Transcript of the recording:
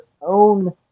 own